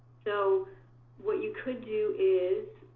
so what you could do is